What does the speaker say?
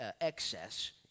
excess